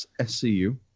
SCU